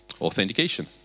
Authentication